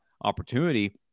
opportunity